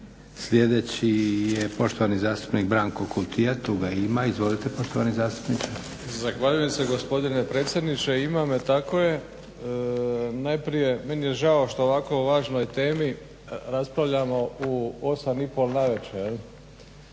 Sljedeći je poštovani zastupnik Branko Kutija. Ima ga, tu je. Izvolite poštovani zastupniče. **Kutija, Branko (HDZ)** Zahvaljujem se gospodine predsjedniče. Ima me tako je. Najprije meni je žao što ovako važnoj temi raspravljamo u 8 i pol navečer